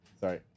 Sorry